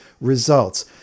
results